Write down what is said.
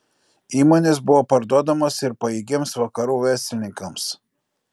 įmonės buvo parduodamos ir pajėgiems vakarų verslininkams